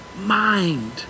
mind